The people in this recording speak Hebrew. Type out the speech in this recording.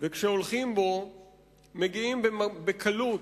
וכשהולכים בו מגיעים בקלות,